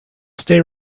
stay